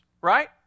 right